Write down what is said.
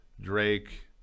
Drake